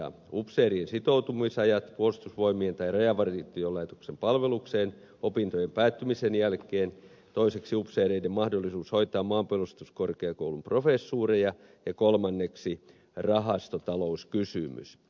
upseerien sitoutumisajat puolus tusvoimien ja rajavartiolaitoksen palvelukseen opintojen päättymisen jälkeen toiseksi upseereiden mahdollisuus hoitaa maanpuolustuskorkeakoulun professuureja ja kolmanneksi rahastotalouskysymys